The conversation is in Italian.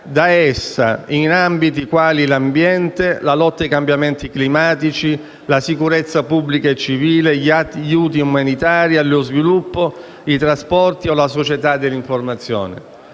- in ambiti quali l'ambiente, la lotta ai cambiamenti climatici, la sicurezza pubblica e civile, gli aiuti umanitari e allo sviluppo, i trasporti o la società dell'informazione.